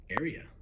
Area